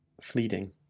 Fleeting